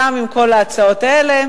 גם עם כל ההצעות האלה,